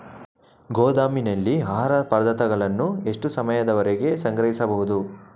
ಗೋದಾಮಿನಲ್ಲಿ ಆಹಾರ ಪದಾರ್ಥಗಳನ್ನು ಎಷ್ಟು ಸಮಯದವರೆಗೆ ಸಂಗ್ರಹಿಸಬಹುದು?